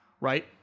right